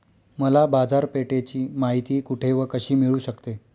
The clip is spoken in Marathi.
मला बाजारपेठेची माहिती कुठे व कशी मिळू शकते?